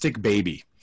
baby